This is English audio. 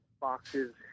boxes